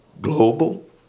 global